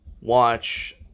watch